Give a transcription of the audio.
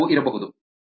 ಇತರವು ಇರಬಹುದು